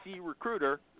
recruiter